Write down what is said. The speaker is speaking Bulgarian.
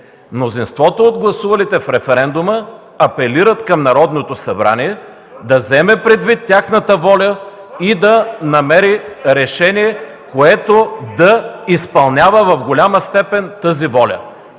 мнозинството от гласувалите на референдума апелират към Народното събрание да вземе предвид тяхната воля и да намери решение, което да изпълнява в голяма степен тази воля.